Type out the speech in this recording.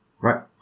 Right